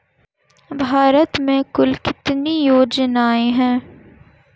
भारत में कुल कितनी योजनाएं हैं?